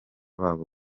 babo